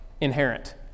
inherent